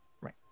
right